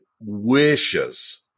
wishes